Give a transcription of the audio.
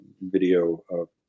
video